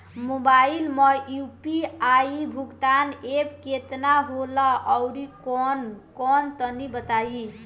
Mobile म UPI भुगतान app केतना होला आउरकौन कौन तनि बतावा?